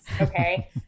Okay